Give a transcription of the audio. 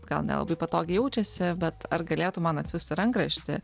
gal nelabai patogiai jaučiasi bet ar galėtų man atsiųsti rankraštį